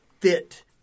fit